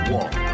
Walk